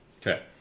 Okay